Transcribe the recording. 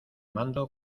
mando